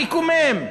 המקומם,